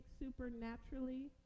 supernaturally